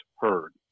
heard